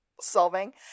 Solving